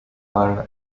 paul